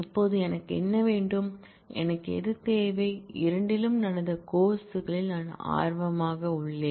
இப்போது எனக்கு என்ன வேண்டும் எனக்கு அது தேவை இரண்டிலும் நடந்த கோர்ஸ் களில் நான் ஆர்வமாக உள்ளேன்